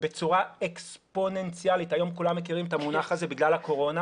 בצורה אקספוננציאלית היום כולם מכירים את המונח הזה בגלל הקורונה